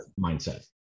mindset